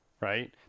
right